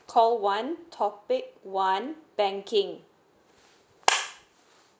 call one topic one banking